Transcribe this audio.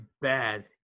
bad